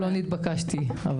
לא נתבקשתי.